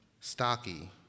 stocky